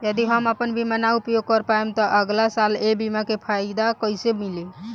यदि हम आपन बीमा ना उपयोग कर पाएम त अगलासाल ए बीमा के फाइदा कइसे मिली?